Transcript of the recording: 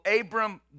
Abram